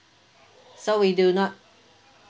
so we do not